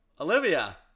Olivia